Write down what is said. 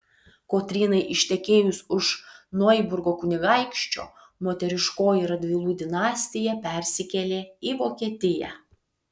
kotrynai ištekėjus už noiburgo kunigaikščio moteriškoji radvilų dinastija persikėlė į vokietiją